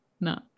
No